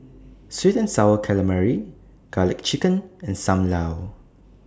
Sweet and Sour Calamari Garlic Chicken and SAM Lau